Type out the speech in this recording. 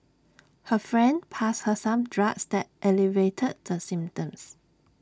her friend passed her some drugs that alleviated the symptoms